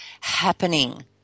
happening